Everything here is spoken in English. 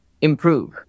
improve